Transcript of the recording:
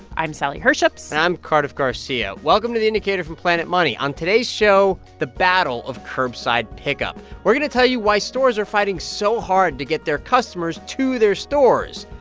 i'm sally herships and i'm cardiff garcia. welcome to the indicator from planet money. on today's show, the battle of curbside pickup. we're going to tell you why stores are fighting so hard to get their customers to their stores,